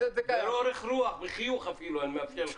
באורך רוח, אפילו בחיוך, אני מאפשר לך.